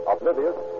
Oblivious